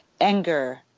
anger